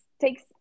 takes